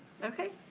okay,